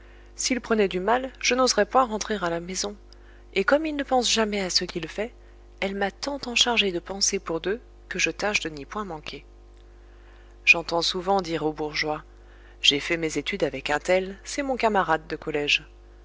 s'il prenait du mal je n'oserais point rentrer à la maison et comme il ne pense jamais à ce qu'il fait elle m'a tant enchargée de penser pour deux que je tâche de n'y point manquer j'entends souvent dire aux bourgeois j'ai fait mes études avec un tel c'est mon camarade de collége